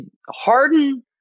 Harden